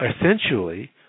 essentially